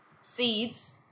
seeds